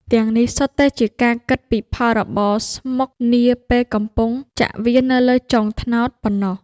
ទាំងនេះសុទ្ធតែជាការគិតពីផលរបរស្មុគនាពេលកំពុងចាក់វានៅលើចុងត្នោតប៉ុណ្ណោះ។